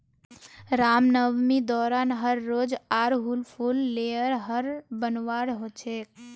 रामनवामी दौरान हर रोज़ आर हुल फूल लेयर हर बनवार होच छे